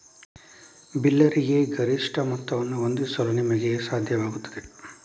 ಬಿಲ್ಲರಿಗೆ ಗರಿಷ್ಠ ಮೊತ್ತವನ್ನು ಹೊಂದಿಸಲು ನಿಮಗೆ ಸಾಧ್ಯವಾಗುತ್ತದೆ